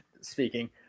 speaking